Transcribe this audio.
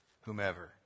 whomever